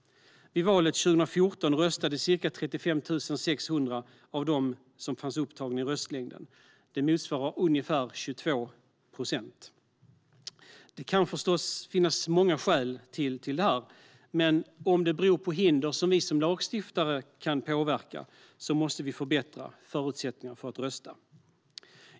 Vid valet 2014 röstade ca 35 600 av dem som fanns upptagna i röstlängden. Det motsvarar ungefär 22 procent. Det kan förstås finnas många skäl till det. Men om det beror på hinder som vi som lagstiftare kan påverka måste vi förbättra förutsättningarna för att rösta.